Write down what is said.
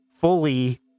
fully